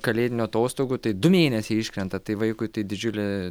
kalėdinių atostogų tai du mėnesiai iškrenta tai vaikui tai didžiulė